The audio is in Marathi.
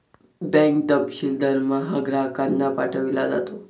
बँक तपशील दरमहा ग्राहकांना पाठविला जातो